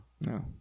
No